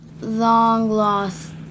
long-lost